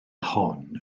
hon